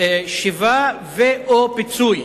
שיבה ו/או פיצוי,